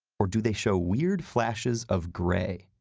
or do they show weird flashes of grey?